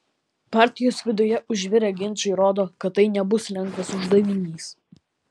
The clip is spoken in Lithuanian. partijos viduje užvirę ginčai rodo kad tai nebus lengvas uždavinys